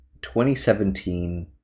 2017